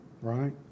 right